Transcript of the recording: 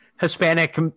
hispanic